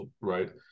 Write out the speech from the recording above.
right